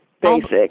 basic